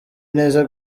neza